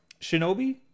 Shinobi